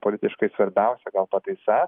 politiškai svarbiausia gal pataisa